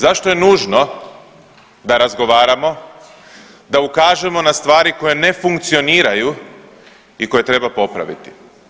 Zašto je nužno da razgovaramo, da ukažemo na stvari koje ne funkcioniraju i koje treba popraviti.